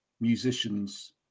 musicians